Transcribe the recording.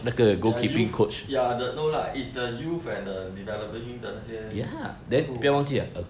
their youth ya the no lah is the youth and the developing 的那些 crew